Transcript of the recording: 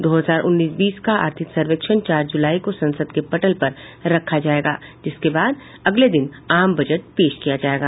दो हजार उन्नीस बीस का आर्थिक सर्वेक्षण चार जुलाई को संसद के पटल पर रखा जाएगा जिसके बाद अगले दिन आम बजट पेश किया जाएगा